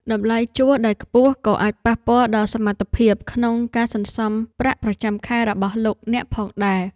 តម្លៃជួលដែលខ្ពស់ក៏អាចប៉ះពាល់ដល់សមត្ថភាពក្នុងការសន្សំប្រាក់ប្រចាំខែរបស់លោកអ្នកផងដែរ។